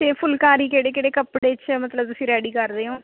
ਅਤੇ ਫੁੱਲਕਾਰੀ ਕਿਹੜੇ ਕਿਹੜੇ ਕੱਪੜੇ 'ਚ ਹੈ ਮਤਲਬ ਤੁਸੀਂ ਰੈਡੀ ਕਰ ਰਹੇ ਓ